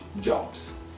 jobs